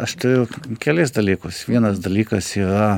aš turiu kelis dalykus vienas dalykas yra